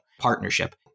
partnership